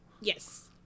Yes